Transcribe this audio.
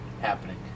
happening